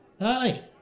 Hi